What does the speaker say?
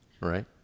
right